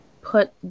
put